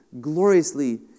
gloriously